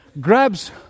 grabs